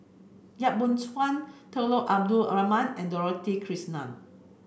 Yap Boon Chuan Abdul Rahman and Dorothy Krishnan